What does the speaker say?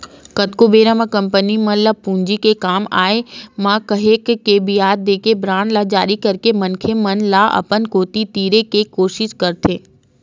कतको बेरा म कंपनी मन ल पूंजी के काम आय म काहेक के बियाज देके बांड ल जारी करके मनखे मन ल अपन कोती तीरे के कोसिस करथे